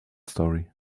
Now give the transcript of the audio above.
story